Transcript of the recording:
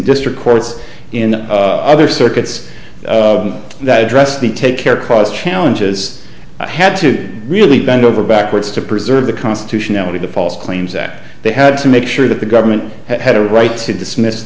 district courts in other circuits that address the take care cost challenges i had to really bend over backwards to preserve the constitutionality the false claims act they had to make sure that the government had a right to dismiss